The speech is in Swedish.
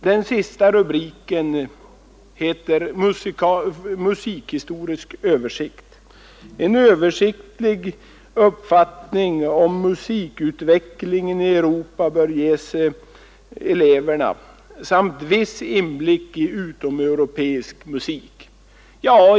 Den sista rubriken heter Musikhistorisk översikt, och det sägs där att en översiktlig uppfattning om musikutvecklingen i Europa samt viss inblick i utomeuropeisk musik bör ges eleverna.